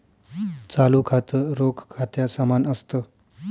चालू खातं, रोख खात्या समान असत